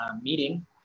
meeting